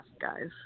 guys